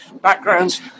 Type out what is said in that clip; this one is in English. backgrounds